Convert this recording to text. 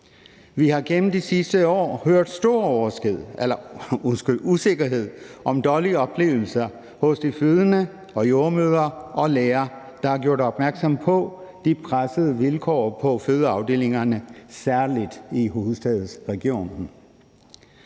Vi har gennem de sidste år hørt om stor usikkerhed, om dårlige oplevelser hos de fødende og hos jordemødre og læger, der har gjort opmærksom på de pressede vilkår på fødeafdelingerne, særlig i hovedstadsregionen.